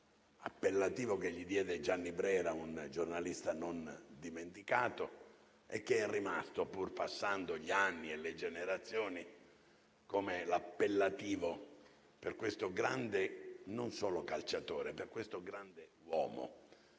appellativo che gli diede Gianni Brera, un giornalista non dimenticato. Pur passando gli anni e le generazioni, tale è rimasto l'appellativo per questo grande, non solo calciatore, ma per questo grande uomo.